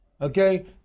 okay